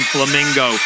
Flamingo